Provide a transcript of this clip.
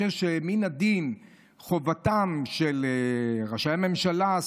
אני חושב שחובתם של ראשי הממשלה,